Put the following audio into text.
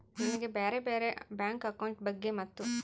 ನನಗೆ ಬ್ಯಾರೆ ಬ್ಯಾರೆ ಬ್ಯಾಂಕ್ ಅಕೌಂಟ್ ಬಗ್ಗೆ ಮತ್ತು?